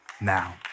now